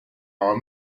our